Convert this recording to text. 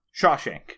Shawshank